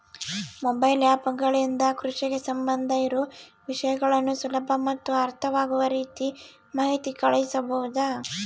Mobile app ಗಳಿಂದ ಕೃಷಿಗೆ ಸಂಬಂಧ ಇರೊ ವಿಷಯಗಳನ್ನು ಸುಲಭ ಮತ್ತು ಅರ್ಥವಾಗುವ ರೇತಿ ಮಾಹಿತಿ ಕಳಿಸಬಹುದಾ?